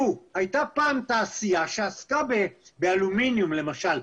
הייתה פעם תעשייה שעסקה באלומיניום למשל,